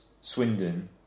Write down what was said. Swindon